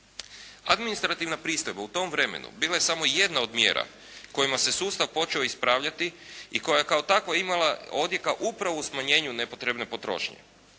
Administrativna pristojba u tom vremenu bila je samo jedna od mjera kojima se sustav počeo ispravljati i koja je kao takva imala odjeka upravo u smanjenju nepotrebne potrošnje.